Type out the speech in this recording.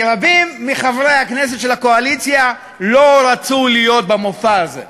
כי רבים מחברי הכנסת של הקואליציה לא רצו להיות במופע הזה.